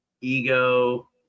Ego